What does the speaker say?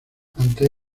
ante